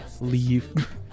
leave